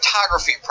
photography